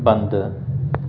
बंदि